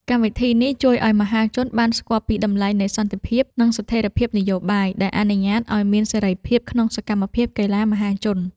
កម្មវិធីនេះជួយឱ្យមហាជនបានស្គាល់ពីតម្លៃនៃសន្តិភាព និងស្ថិរភាពនយោបាយ ដែលអនុញ្ញាតឱ្យមានសេរីភាពក្នុងសកម្មភាពកីឡាមហាជន។